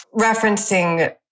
referencing